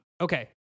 okay